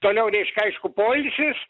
toliau reiškia aišku poilsis